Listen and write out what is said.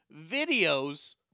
videos